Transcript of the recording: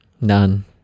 none